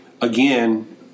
again